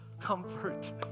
comfort